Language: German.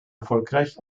erfolgreich